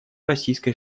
российской